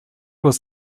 was